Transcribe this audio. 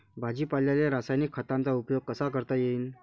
भाजीपाल्याले रासायनिक खतांचा उपयोग कसा करता येईन?